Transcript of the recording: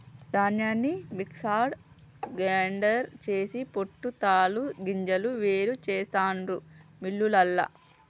ధాన్యాన్ని mixer grinder చేసి పొట్టు తాలు గింజలు వేరు చెస్తాండు మిల్లులల్ల